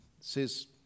says